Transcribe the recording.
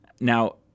Now